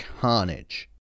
carnage